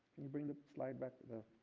you bring the slide back.